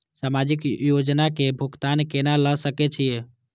समाजिक योजना के भुगतान केना ल सके छिऐ?